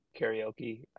karaoke